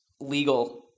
legal